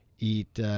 eat